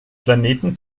planeten